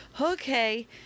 okay